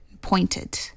pointed